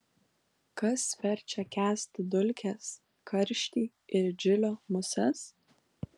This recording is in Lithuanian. kas verčia kęsti dulkes karštį ir džilio muses